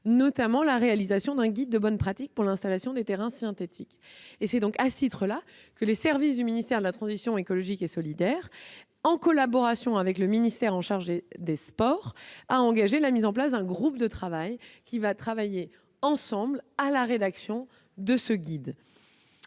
notamment la réalisation d'un guide de bonnes pratiques pour l'installation des terrains synthétiques. C'est à ce titre que le ministère de la transition écologique et solidaire, en collaboration avec le ministère des sports, a engagé la mise en place d'un groupe de travail pour la rédaction de ce guide.